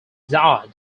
died